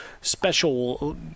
special